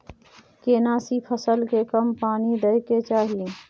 केना सी फसल के कम पानी दैय के चाही?